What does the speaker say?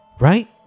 Right